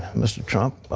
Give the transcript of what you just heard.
mr. trump,